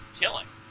killing